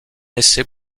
essai